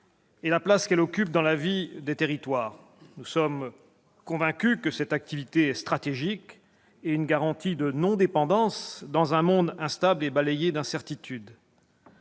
et la place qu'elle occupe dans la vie des territoires. Nous sommes convaincus que cette activité est stratégique et qu'elle constitue une garantie de non-dépendance dans un monde instable et balayé d'incertitudes.